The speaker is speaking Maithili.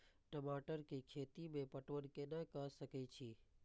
टमाटर कै खैती में पटवन कैना क सके छी?